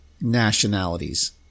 nationalities